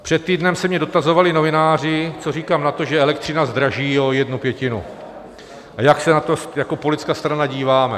Před týdnem se mě dotazovali novináři, co říkám na to, že elektřina zdraží o jednu pětinu, a jak se na to jako politická strana díváme.